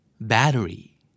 Battery